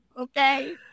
okay